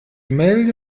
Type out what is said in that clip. melde